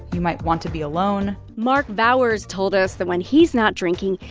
you might want to be alone mark vowers told us that when he's not drinking,